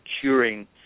curing